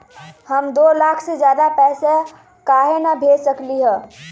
हम दो लाख से ज्यादा पैसा काहे न भेज सकली ह?